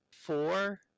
Four